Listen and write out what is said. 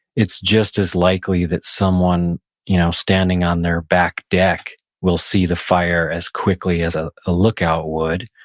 it's just as likely that someone you know standing on their back deck will see the fire as quickly as ah a lookout would,